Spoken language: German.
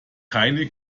keine